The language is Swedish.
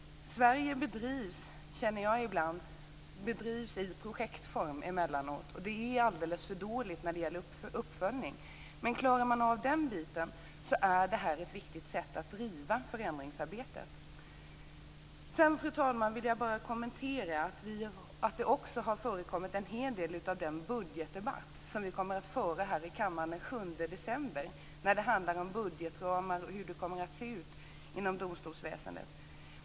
Sverige bedrivs, känner jag ibland, i projektform emellanåt, och det är alldeles för dåligt när det gäller uppföljning. Men klarar man av den biten är det här ett viktigt sätt att driva förändringsarbetet på. Jag vill påpeka att det förekommit en hel del av den budgetdebatt som vi egentligen kommer att föra här i kammaren den 7 december om budgetramar och hur det kommer att se ut inom domstolsväsendet.